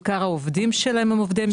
עיקר העובדים שלהם הם עובדי מחקר ופיתוח.